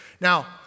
Now